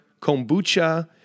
kombucha